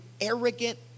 arrogant